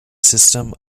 system